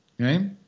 Okay